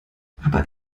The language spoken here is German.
aber